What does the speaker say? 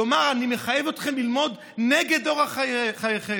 לומר: אני מחייב אתכם ללמוד נגד אורח חייכם?